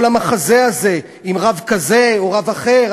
כל המחזה הזה עם רב כזה או רב אחר,